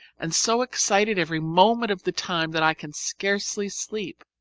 and so excited every moment of the time that i can scarcely sleep.